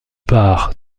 part